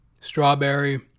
strawberry